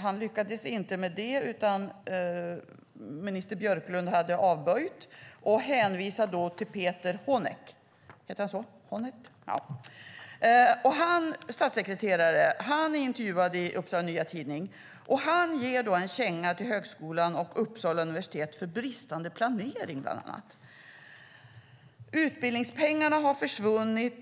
Han lyckades inte med det, utan minister Björklund hade avböjt och hänvisade till statssekreterare Peter Honeth. Han intervjuades i Upsala Nya Tidning och gav då en känga till högskolan och Uppsala universitet för bland annat bristande planering. När det gäller utbildningspengarna